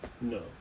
No